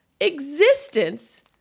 existence